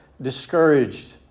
discouraged